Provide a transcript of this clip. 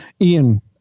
Ian